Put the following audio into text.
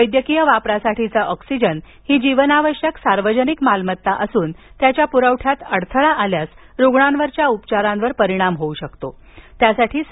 वैद्यकीय वापरासाठीचा ऑक्सिजन ही जीवनावश्यक सार्वजनिक मालमत्ता असून त्याच्या पुरवठ्यात अडथळा आल्यास रुग्णांवरील उपचारांवर परिणाम होऊ शकतो असं भल्ला यांनी म्हटलं आहे